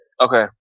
Okay